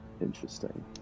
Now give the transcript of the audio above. interesting